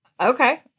Okay